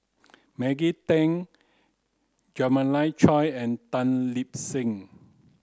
Maggie Teng Jeremiah Choy and Tan Lip Seng